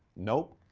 nope.